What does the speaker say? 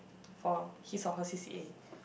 for his or her c_c_a